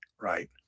right